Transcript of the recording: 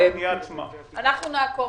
אנחנו נעקוב.